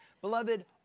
Beloved